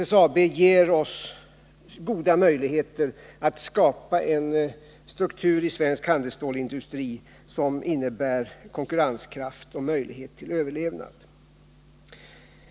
SSAB ger oss goda möjligheter att skapa en struktur inom svensk handelsstålsindustri som innebär konkurrenskraft och möjlighet till överlevnad.